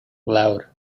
loud